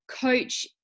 coach